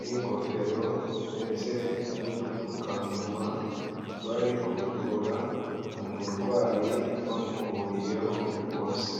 n'ingofero ndetse n'udupfukamunwa, bari kuvura umurwayi bamuhuriyeho bose.